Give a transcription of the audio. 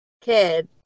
kid